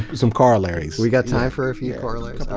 some corollaries. we've got time for a few corollaries?